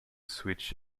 switch